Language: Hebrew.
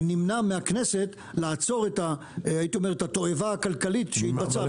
ונמנע מהכנסת לעצור את התועבה הכלכלית שהתבצעה.